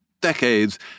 decades